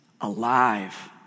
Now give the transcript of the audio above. alive